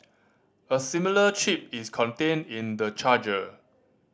a similar chip is contained in the charger